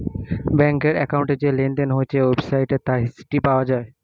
ব্যাংকের অ্যাকাউন্টে যে লেনদেন হয়েছে ওয়েবসাইটে তার হিস্ট্রি পাওয়া যায়